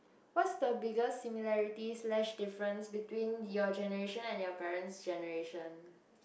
what's the biggest similarities slash difference between your generation and your parents' generation